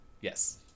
Yes